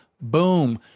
Boom